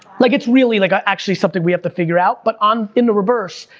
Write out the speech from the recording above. like, it's really, like ah actually something we have to figure out, but um in the reverse,